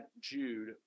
Jude